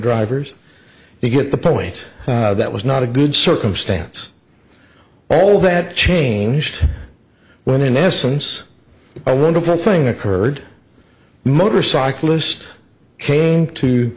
drivers you get the point that was not a good circumstance all that changed when in essence a wonderful thing occurred motorcyclist came to